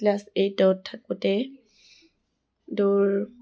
class এইটত থাকোঁতে দৌৰ